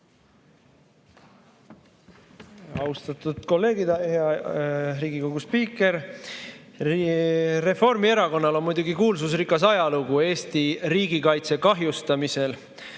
Austatud kolleegid! Hea Riigikogu spiiker! Reformierakonnal on muidugi kuulsusrikas ajalugu Eesti riigikaitse kahjustamisel.